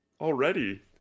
already